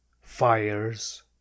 fires